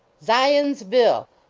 zions-ville!